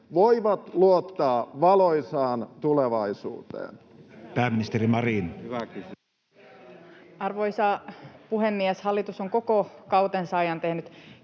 on siihen paras turva!] Pääministeri Marin. Arvoisa puhemies! Hallitus on koko kautensa ajan tehnyt